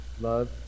Love